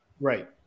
Right